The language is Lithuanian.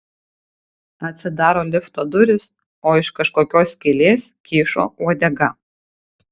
atsidaro lifto durys o iš kažkokios skylės kyšo uodega